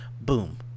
Boom